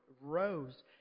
rose